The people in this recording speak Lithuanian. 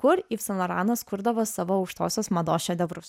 kur yv san loranas kurdavo savo aukštosios mados šedevrus